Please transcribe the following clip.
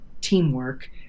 teamwork